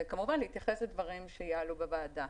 וכמובן נתייחס לדברים שיעלו בוועדה.